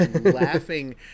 laughing